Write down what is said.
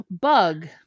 Bug